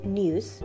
news